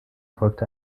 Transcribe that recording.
folgte